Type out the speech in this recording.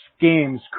games